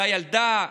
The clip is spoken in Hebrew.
אותה ילדה.